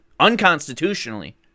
unconstitutionally